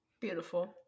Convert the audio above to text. Beautiful